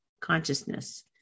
consciousness